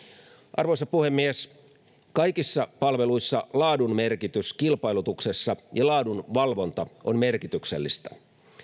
arvoisa puhemies kaikissa palveluissa laadun merkitys kilpailutuksessa ja laadunvalvonta on merkityksellistä